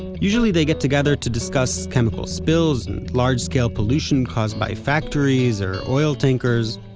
usually they get together to discuss chemical spills, and large scale pollution caused by factories or oil tankers.